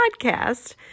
podcast